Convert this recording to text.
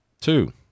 Two